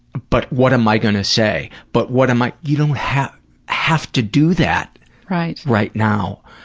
but what am i going to say? but what am i you don't have have to do that right right now.